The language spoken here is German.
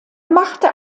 machte